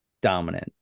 dominant